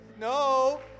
no